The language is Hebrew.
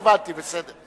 הבנתי, בסדר.